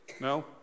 No